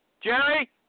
Jerry